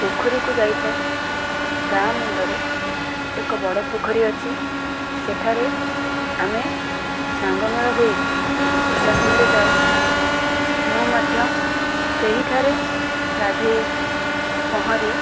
ପୋଖରୀକୁ ଯାଇଥାଏ ଗାଁ ମୁଣ୍ଡରେ ଏକ ବଡ଼ ପୋଖରୀ ଅଛି ସେଠାରେ ଆମେ ସାଙ୍ଗ ମେଳ ହୋଇ ଏକାସାଙ୍ଗରେ ଯାଉ ମୁଁ ମଧ୍ୟ ସେହିଠାରେ ଗାଧୋଇ ପହଁରି